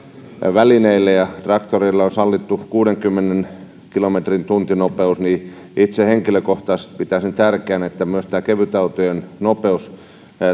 välineillä traktoreille on sallittu kuudenkymmenen kilometrin tuntinopeus ja itse henkilökohtaisesti pitäisin tärkeänä että myös tämä kevytautojen nopeus